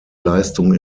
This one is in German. leistung